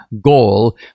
goal